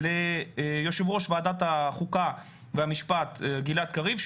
ליושב-ראש ועדת חוקה ומשפט גלעד קריב,